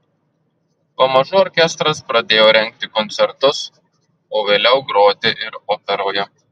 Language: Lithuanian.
pamažu orkestras pradėjo rengti koncertus o vėliau groti ir operoje